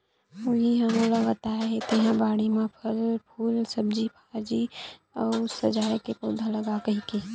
उहीं ह मोला बताय हे तेंहा बाड़ी म फर, फूल, सब्जी भाजी अउ सजाय के पउधा लगा कहिके